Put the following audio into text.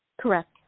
Correct